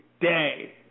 day